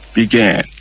began